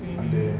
mmhmm